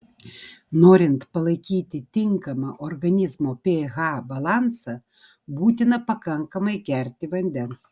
norint palaikyti tinkamą organizmo ph balansą būtina pakankamai gerti vandens